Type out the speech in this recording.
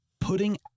putting